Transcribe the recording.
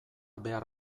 behar